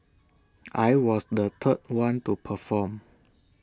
I was the third one to perform